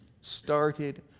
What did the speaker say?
started